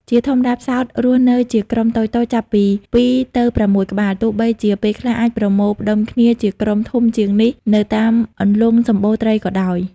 ជាធម្មតាផ្សោតរស់នៅជាក្រុមតូចៗ ចាប់ពី ២ ទៅ ៦ ក្បាល ទោះបីជាពេលខ្លះអាចប្រមូលផ្តុំគ្នាជាក្រុមធំជាងនេះនៅតាមអន្លង់សម្បូរត្រីក៏ដោយ។